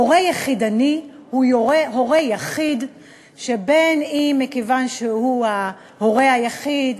הורה יחידני הוא הורה יחיד שמכיוון שהוא ההורה היחיד,